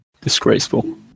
Disgraceful